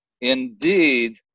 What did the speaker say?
Indeed